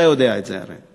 הרי אתה יודע את זה.